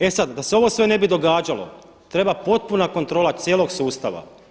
E sad, da se ovo sve ne bi događalo treba potpuna kontrola cijelog sustava.